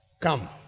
Come